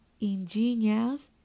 ingenious